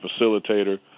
facilitator